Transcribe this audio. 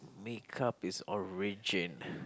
make up its origin